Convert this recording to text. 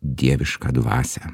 dievišką dvasią